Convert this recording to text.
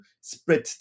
spread